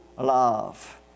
love